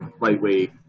lightweight